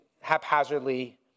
haphazardly